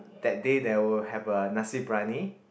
that day they will have a Nasi-Briyani